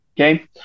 Okay